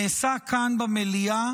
נעשה כאן במליאה